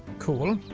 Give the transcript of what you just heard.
cool.